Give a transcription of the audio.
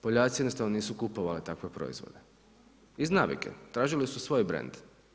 Poljaci jednostavno nisu kupovali takve proizvode, iz navike, tražili su svoj brend.